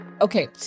Okay